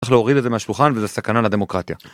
צריך להוריד את זה מהשולחן וזה סכנה לדמוקרטיה.